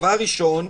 דבר ראשון,